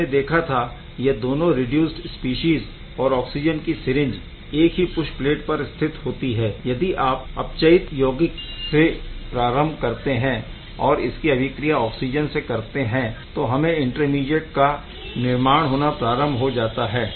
आपने देखा था यह दोनों रिडीयूस्ड स्पीशीज़ और ऑक्सिजन की सिरिंज एक ही पुश प्लेट पर स्थित होती है यदि आप अपचयित यौगिक से प्रारम्भ करते है और इसकी अभिक्रिया ऑक्सिजन से करते है तो हमें इंटरमीडीएट का निर्माण होना प्रारम्भ हो जाता है